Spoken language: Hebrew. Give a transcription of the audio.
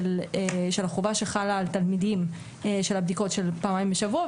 לחובה שחלה על תלמידים לבדיקות של פעמיים בשבוע,